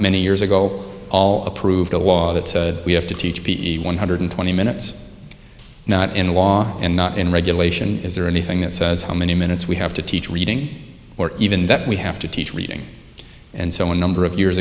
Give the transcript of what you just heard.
many years ago all approved a law that said we have to teach b e one hundred twenty minutes not in law and not in regulation is there anything that says how many minutes we have to teach reading or even that we have to teach reading and so a number of years